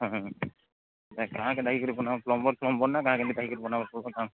ହଁ ହେତା କାଁ ପ୍ଲମ୍ବର୍ଫ୍ଲମ୍ବର୍ ନାଁ କାଁ କେମତି କରି କରି ବନା କାଁ